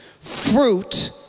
Fruit